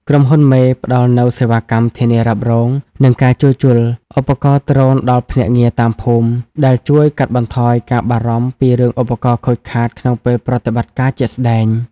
ក្រុមហ៊ុនមេផ្ដល់នូវសេវាកម្មធានារ៉ាប់រង និងការជួសជុលឧបករណ៍ដ្រូនដល់ភ្នាក់ងារតាមភូមិ ដែលជួយកាត់បន្ថយការបារម្ភពីរឿងឧបករណ៍ខូចខាតក្នុងពេលប្រតិបត្តិការជាក់ស្ដែង។